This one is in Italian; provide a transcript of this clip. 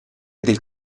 del